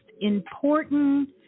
important